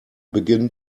begin